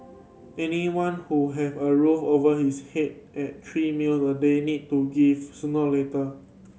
anyone who have a roof over his head and three meal a day need to give sooner or later